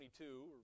22